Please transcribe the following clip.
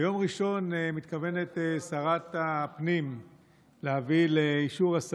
ביום ראשון מתכוונת שרת הפנים להביא לשרים לאישור,